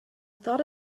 thought